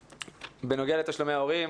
בנוגע לתשלומי הורים,